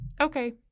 Okay